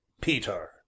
peter